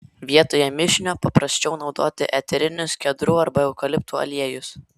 vietoje mišinio paprasčiau naudoti eterinius kedrų arba eukaliptų aliejus